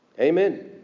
Amen